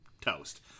toast